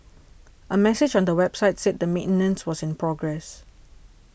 a message on the website said that maintenance was in progress